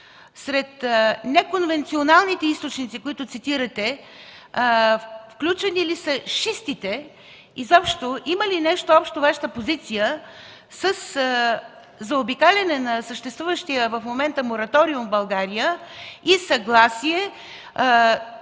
Сред неконвенционалните източници, които цитирате, включени ли са шистите? Изобщо има ли нещо общо Вашата позиция със заобикаляне на съществуващия в момента мораториум в България и съгласие